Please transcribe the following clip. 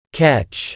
catch